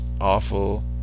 awful